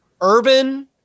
Urban